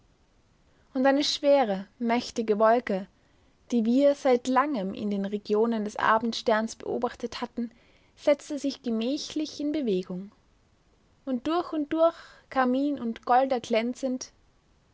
und eine schwere mächtige wolke die wir seit langem in den regionen des abendsterns beobachtet hatten setzte sich gemächlich in bewegung und durch und durch karmin und